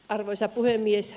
arvoisa puhemies